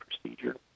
procedure